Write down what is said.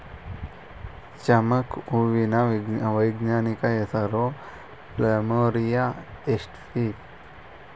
ಚಂಪಕ ಹೂವಿನ ವೈಜ್ಞಾನಿಕ ಹೆಸರು ಪ್ಲಮೇರಿಯ ಎಸ್ಪಿಪಿ